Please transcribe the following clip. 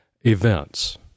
events